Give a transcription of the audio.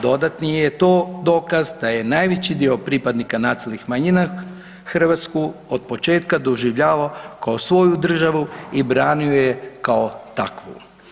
Dodatni je to dokaz da je najveći dio pripadnika nacionalnih manjina Hrvatsku od početka doživljavao kao svoju državu i branio je kao takvu.